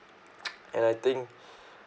and I think